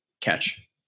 catch